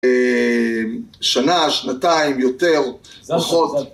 אם.. שנה, שנתיים, יותר, פחות.